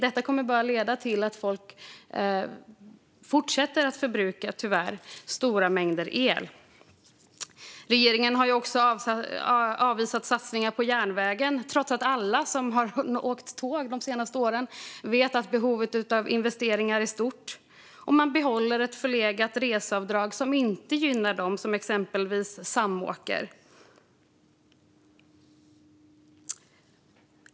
Detta kommer tyvärr bara att leda till att folk fortsätter att förbruka stora mängder el. Regeringen har avvisat satsningar på järnvägen trots att alla som har åkt tåg de senaste åren vet att behovet av investeringar är stort. Man behåller ett förlegat reseavdrag som inte gynnar dem som exempelvis samåker.